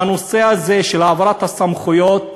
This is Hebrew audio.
הנושא הזה של העברת הסמכויות,